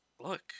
look